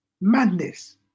madness